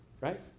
Right